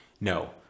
No